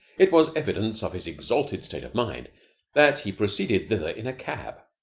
it was evidence of his exalted state of mind that he proceeded thither in a cab.